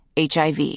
hiv